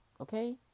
Okay